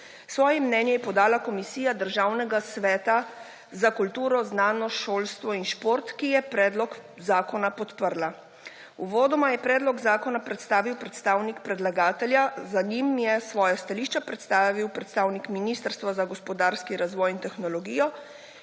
Svoje mnenje je podala Komisija Državnega sveta za kulturo, znanost, šolstvo in šport, ki je predlog zakona podprla. Uvodoma je predlog zakona predstavil predstavnik predlagatelja, za njim je svoja stališča predstavil predstavnik Ministrstva za gospodarski razvoj in tehnologijo,